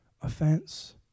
offense